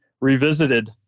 revisited